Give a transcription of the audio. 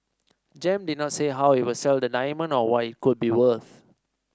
Gem did not say how it will sell the diamond or what it could be worth